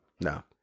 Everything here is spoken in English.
No